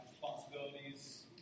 responsibilities